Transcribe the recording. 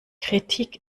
kritik